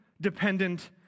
dependent